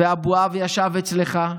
ואבוהב ישב אצלך,